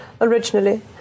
originally